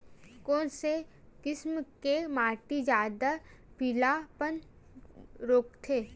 कोन से किसम के माटी ज्यादा गीलापन रोकथे?